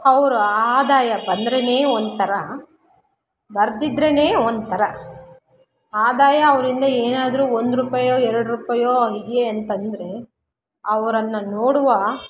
ಅವ್ರ ಆದಾಯ ಬಂದರೇನೆ ಒಂಥರ ಬರದಿದ್ದರೇನೇ ಒಂಥರ ಆದಾಯ ಅವರಿಂದ ಏನಾದರೂ ಒಂದು ರೂಪಯೋ ಎರ್ಡು ರೂಪಾಯೋ ಇದೆ ಅಂತಂದರೆ ಅವರನ್ನು ನೋಡುವ